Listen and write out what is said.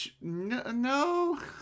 no